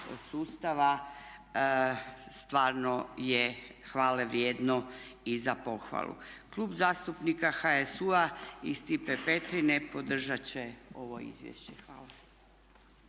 sustava stvarno je hvale vrijedno i za pohvalu. Klub zastupnika HSU-a i Stipe Petrine podržat će ovo izvješće. Hvala.